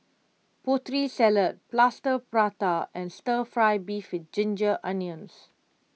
Putri Salad Plaster Prata and Stir Fry Beef with Ginger Onions